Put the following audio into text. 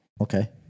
okay